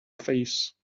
face